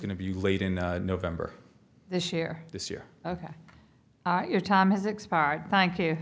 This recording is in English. going to be late in november this year this year ok your time has expired thank you